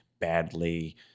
badly